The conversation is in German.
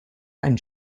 ein